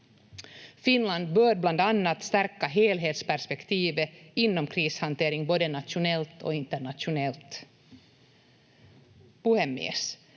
Finland bör bland annat stärka helhetsperspektivet inom krishantering både nationellt och internationellt. Puhemies!